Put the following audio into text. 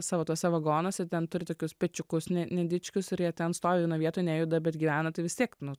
savo tuose vagonuose ten turi tokius pečiukus ne nedičkius ir jie ten stovi vienoj vietoj nejuda bet gyvena tai vis tiek nu